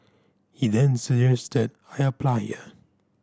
he then suggested I apply here